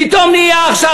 פתאום עכשיו,